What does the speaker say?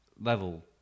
level